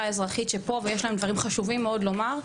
האזרחית שפה ויש להם דברים חשובים מאוד לומר,